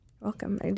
Welcome